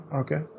okay